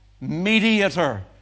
mediator